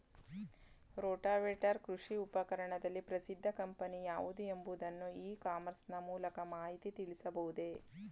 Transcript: Rotavator ಕೃಷಿ ಉಪಕರಣದಲ್ಲಿ ಪ್ರಸಿದ್ದ ಕಂಪನಿ ಯಾವುದು ಎಂಬುದನ್ನು ಇ ಕಾಮರ್ಸ್ ನ ಮೂಲಕ ಮಾಹಿತಿ ತಿಳಿಯಬಹುದೇ?